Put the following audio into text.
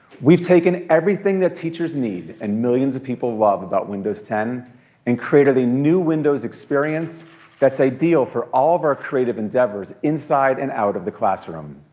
we've taken everything that teachers need, and millions of people love about windows ten and created a new windows experience that's ideal for all of our creative endeavors inside and out of the classroom.